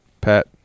Pat